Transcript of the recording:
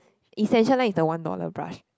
essential line is the one dollar brush